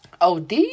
OD